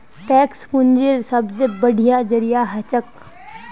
tax पूंजीर सबसे बढ़िया जरिया हछेक